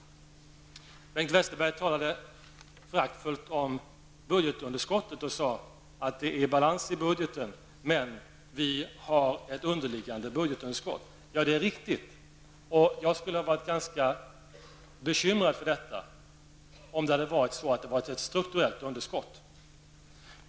Bengt Westerberg talade föraktfullt om budgetunderskott och sade att det är balans i budgeten men att vi har ett underliggande budgetunderskott. Det är riktigt. Jag skulle vara ganska bekymrad om det hade varit fråga om ett strukturellt underskott.